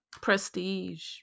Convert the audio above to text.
prestige